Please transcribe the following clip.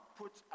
put